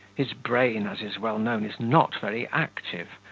his brain, as is well known, is not very active.